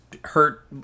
hurt